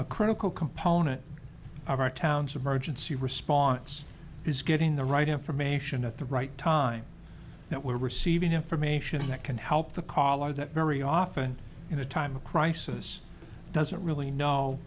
a critical component of our towns of emergency response is getting the right information at the right time that we're receiving information that can help the caller that very often in a time of crisis doesn't really know